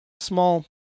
small